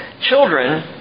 children